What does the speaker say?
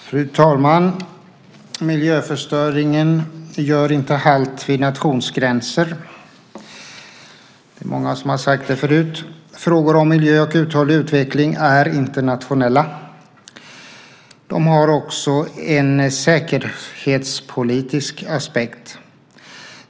Fru talman! Miljöförstöringen gör inte halt vid nationsgränser. Det är många som har sagt det förut. Frågor om miljö och uthållig utveckling är internationella. De har också en säkerhetspolitisk aspekt.